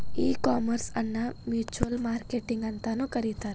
ಈ ಕಾಮರ್ಸ್ ಅನ್ನ virtual marketing ಅಂತನು ಕರೇತಾರ